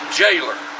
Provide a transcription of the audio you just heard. jailer